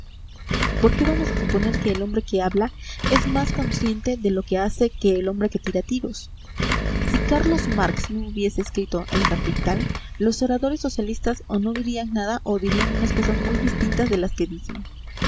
por qué vamos a suponer que el hombre que habla es más consciente de lo que hace que el hombre que tira tiros si carlos marx no hubiese escrito el capital los oradores socialistas o no dirían nada o dirían unas cosas muy distintas de las que dicen